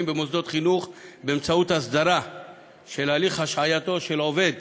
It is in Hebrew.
במוסדות חינוך באמצעות הסדרה של הליך השעייתו של עובד